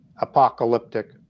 apocalyptic